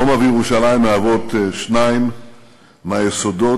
רומא וירושלים מהוות שניים מהיסודות